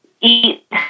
eat